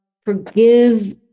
forgive